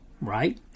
Right